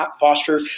posture